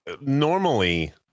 Normally